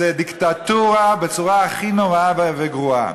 זו דיקטטורה בצורה הכי נוראה וגרועה,